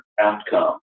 outcome